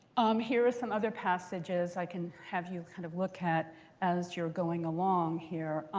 um here are some other passages i can have you kind of look at as you're going along here.